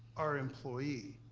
our employee.